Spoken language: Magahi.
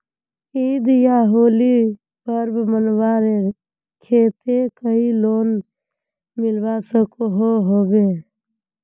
ईद या होली पर्व मनवार केते कोई लोन मिलवा सकोहो होबे?